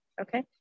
okay